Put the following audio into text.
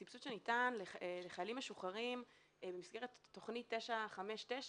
הסבסוד שניתן לחיילים משוחררים במסגרת תוכנית 959